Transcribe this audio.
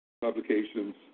publications